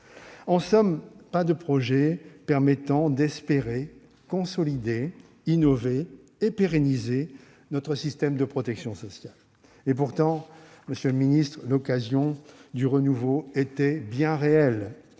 En somme, pas de projet permettant d'espérer consolider, moderniser et pérenniser notre système de protection sociale. Pourtant, monsieur le ministre, l'occasion du renouveau était bien réelle.